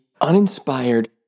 uninspired